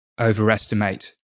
overestimate